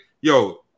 yo